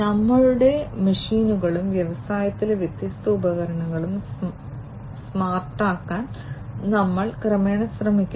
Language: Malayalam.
ഞങ്ങളുടെ മെഷീനുകളും വ്യവസായത്തിലെ വ്യത്യസ്ത ഉപകരണങ്ങളും സ്മാർട്ടാക്കാൻ ഞങ്ങൾ ക്രമേണ ശ്രമിക്കുന്നു